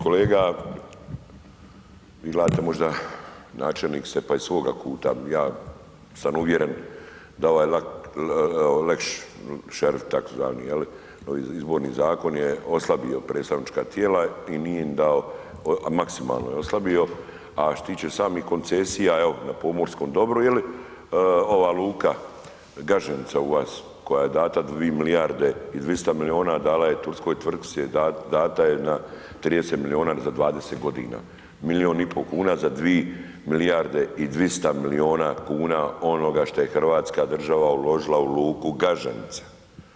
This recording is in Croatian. Kolega vi gledate možda, načelnik ste pa iz svoga kuta, ja sam uvjeren da ovaj lex šerif tzv. ovi Izborni zakon je oslabio predstavnička tijela i nije im dao a maksimalno je oslabio a što se tiče samih koncesija, evo na pomorskom dobru ili ova luka Gaženica u vas koja je dana 2 milijarde i 200 milijuna, dala je turskoj tvrtki je dana na 30 milijuna za 20 godina, milijun i pol kuna za dvije milijarde i 200 milijuna kuna onoga što je Hrvatska država uložila u luku Geženica.